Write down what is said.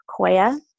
Koya